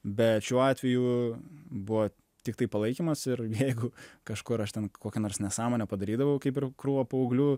bet šiuo atveju buvo tiktai palaikymas ir jeigu kažkur aš ten kokią nors nesąmonę padarydavau kaip ir krūvą paauglių